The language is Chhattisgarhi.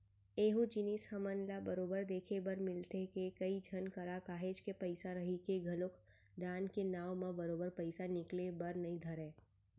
एहूँ जिनिस हमन ल बरोबर देखे बर मिलथे के, कई झन करा काहेच के पइसा रहिके घलोक दान के नांव म बरोबर पइसा निकले बर नइ धरय